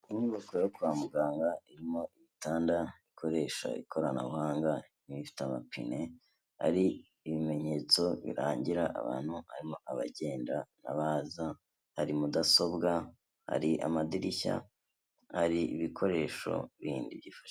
Inyubako yo kwa muganga irimo ibitanda bikoresha ikoranabuhanga n'ibifite amapine, hari ibimenyetso birangira abantu harimo abagenda n'abaza, hari mudasobwa, hari amadirishya, hari ibikoresho bindi byifashishwa.